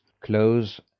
clothes